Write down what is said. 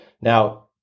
now